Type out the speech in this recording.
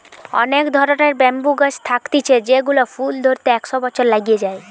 অনেক ধরণের ব্যাম্বু গাছ থাকতিছে যেগুলার ফুল ধরতে একশ বছর লাগে যায়